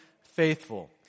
faithful